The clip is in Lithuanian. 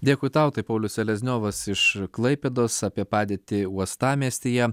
dėkui tau taip paulius selezniovas iš klaipėdos apie padėtį uostamiestyje